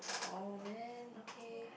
oh man okay